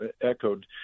echoed